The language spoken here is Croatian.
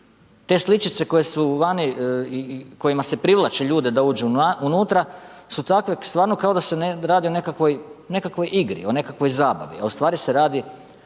su vani i kojima se privlače da uđu unutra, su takve stvarno kao da se radi o nekakvoj igri, o nekakvoj zabavi, a ustvari se radi